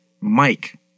Mike